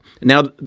Now